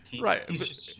Right